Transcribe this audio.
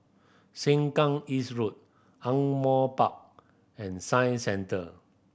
Sengkang East Road Ardmore Park and Science Centre